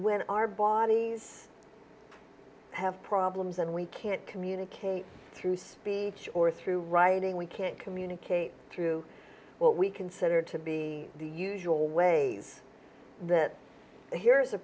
when our bodies i have problems and we can't communicate through speech or through writing we can't communicate through what we consider to be the usual ways that here's a